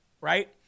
right